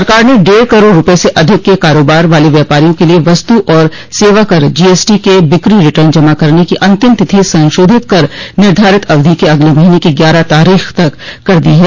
सरकार ने डेढ़ करोड़ रुपय से अधिक के कारोबार वाले व्यापारियों के लिए वस्तु और सेवाकर जीएसटी के बिक्री रिटर्न जमा करने की अंतिम तिथि संशोधित कर निधारित अवधि के अगले महीने की ग्यारह तारीख तक कर दी है